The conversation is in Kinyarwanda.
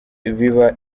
biba